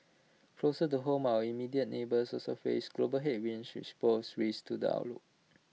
closer to home our immediate neighbours also face global headwinds which pose risks to the outlook